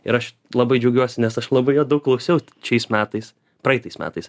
ir aš labai džiaugiuosi nes aš labai jo daug klausiau šiais metais praeitais metais